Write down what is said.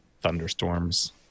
thunderstorms